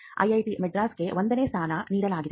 IIT ಮದ್ರಾಸ್ಗೆ 1 ನೇ ಸ್ಥಾನ ನೀಡಲಾಗಿದೆ